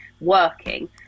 working